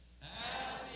Happy